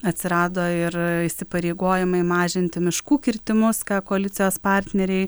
atsirado ir įsipareigojimai mažinti miškų kirtimus ką koalicijos partneriai